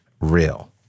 real